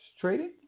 Trading